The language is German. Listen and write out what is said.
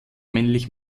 männlich